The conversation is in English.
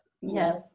Yes